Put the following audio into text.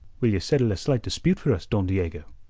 will ye settle a slight dispute for us, don diego?